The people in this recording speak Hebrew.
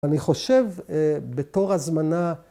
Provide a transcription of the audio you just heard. ‫אני חושב, בתור הזמנה...